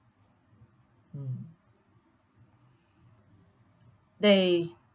mm they